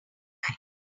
time